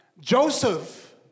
Joseph